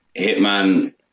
hitman